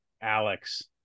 alex